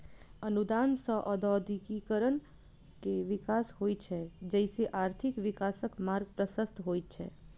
अनुदान सं औद्योगिकीकरण के विकास होइ छै, जइसे आर्थिक विकासक मार्ग प्रशस्त होइ छै